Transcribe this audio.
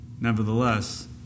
Nevertheless